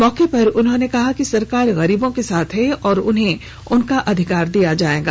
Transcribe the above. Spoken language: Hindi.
मौके पर उन्होंने कहा कि सरकार गरीबों के साथ है और उन्हें उनका अधिकार मिलेगा